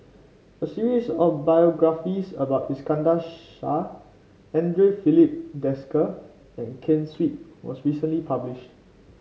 a series of biographies about Iskandar Shah Andre Filipe Desker and Ken Seet was recently published